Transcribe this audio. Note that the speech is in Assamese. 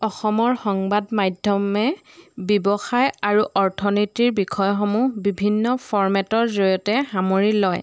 অসমৰ সংবাদ মাধ্যমে ব্যৱসায় আৰু অৰ্থনীতিৰ বিষয়সমূহ বিভিন্ন ফৰ্মেটৰ জৰিয়তে সামৰি লয়